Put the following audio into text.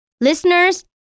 Listeners